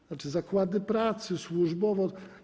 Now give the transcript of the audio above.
To znaczy zakłady pracy, służbowo.